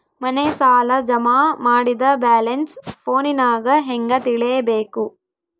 ಮನೆ ಸಾಲ ಜಮಾ ಮಾಡಿದ ಬ್ಯಾಲೆನ್ಸ್ ಫೋನಿನಾಗ ಹೆಂಗ ತಿಳೇಬೇಕು?